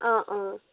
অঁ অঁ